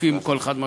לפי כל אחד,